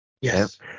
yes